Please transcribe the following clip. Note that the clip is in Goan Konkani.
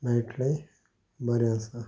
मेळटलें बरें आसा